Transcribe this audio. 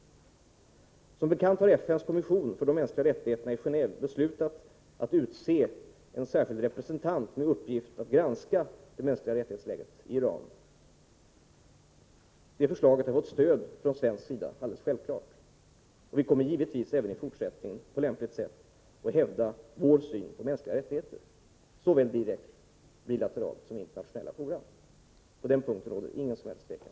Som bekant har FN:s kommission för de mänskliga rättigheter i Gendve beslutat att utse en särskild representant med uppgift att granska läget för de mänskliga rättigheterna i Iran. Det beslutet har alldeles självklart stöd från svensk sida. Vi kommer givetvis även i fortsättningen att på lämpligt sätt hävda vår syn på de mänskliga rättigheterna såväl bilateralt som i internationella fora. På den punkten råder det ingen som helst tvekan.